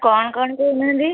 କ'ଣ କ'ଣ କହୁନାହାନ୍ତି